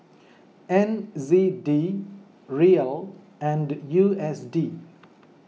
N Z D Riel and U S D